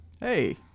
Hey